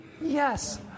Yes